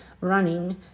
running